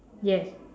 yes